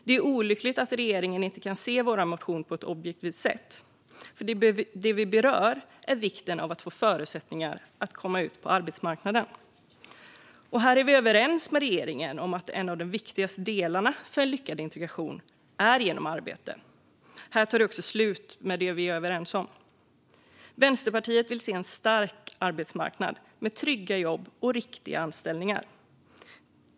Det är olyckligt att regeringen inte kan se vår motion på ett objektivt sätt, för det vi berör är vikten av att få förutsättningar att komma ut på arbetsmarknaden. Här är vi överens med regeringen om att en av de viktigaste delarna för en lyckad integration är arbete. Men där är det också slut på det vi är överens om. Vänsterpartiet vill se en stark arbetsmarknad med trygga jobb och riktiga anställningar.